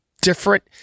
different